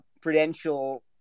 prudential